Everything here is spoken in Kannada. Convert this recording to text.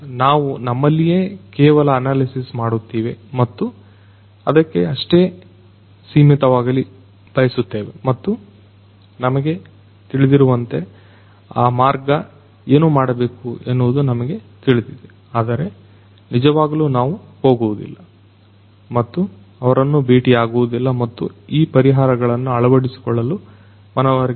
ನಾವು ನಮ್ಮಲ್ಲಿಯೇ ಕೇವಲ ಅನಾಲಿಸಿಸ್ ಮಾಡುತ್ತೇವೆ ಮತ್ತು ಅದಕ್ಕೆ ಅಷ್ಟೇ ಸೀಮಿತವಾಗಲಿ ಬಯಸುತ್ತೇವೆ ಮತ್ತು ನನಗೆ ತಿಳಿದಿರುವಂತೆ ಆ ಮಾರ್ಗ ಏನು ಮಾಡಬೇಕು ಎನ್ನುವುದು ನಮಗೆ ತಿಳಿದಿದೆ ಆದರೆ ನಿಜವಾಗಲೂ ನಾವು ಹೋಗುವುದಿಲ್ಲ ಮತ್ತು ಅವರನ್ನು ಭೇಟಿಯಾಗುವುದಿಲ್ಲ ಮತ್ತು ಈ ಪರಿಹಾರಗಳನ್ನು ಅಳವಡಿಸಿಕೊಳ್ಳಲು ಮನವರಿಕೆ ಮಾಡಲು ಪ್ರಯತ್ನಿಸುವುದಿಲ್ಲ